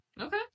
Okay